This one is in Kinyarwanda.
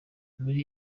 muli